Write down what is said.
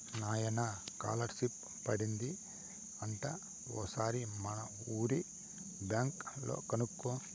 నాయనా కాలర్షిప్ పడింది అంట ఓసారి మనూరి బ్యాంక్ లో కనుకో